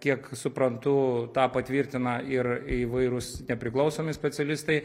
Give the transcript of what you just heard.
kiek suprantu tą patvirtina ir įvairūs nepriklausomi specialistai